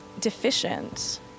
deficient